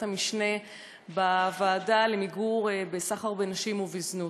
המשנה בוועדה למיגור סחר בנשים בזנות.